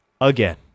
Again